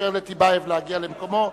לאפשר לטיבייב להגיע למקומו.